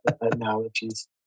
analogies